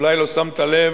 אולי לא שמת לב,